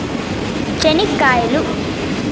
చెనిక్కాయలు